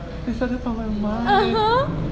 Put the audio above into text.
(uh huh)